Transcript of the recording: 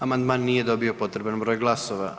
Amandman nije dobio potreban broj glasova.